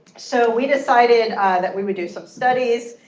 so we decided that we would do some studies.